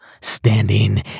Standing